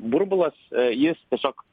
burbulas jis tiesiog